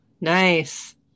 Nice